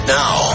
now